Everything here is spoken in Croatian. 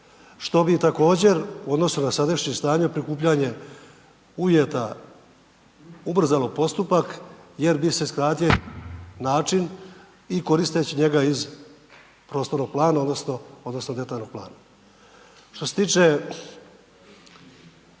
što bi također u odnosu na sadašnje stanje prikupljanje uvjeta ubrzalo postupak jer bi se skratio način i koristeći njega iz prostornog plana odnosno detaljnog plana. Što se tiče